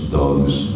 dogs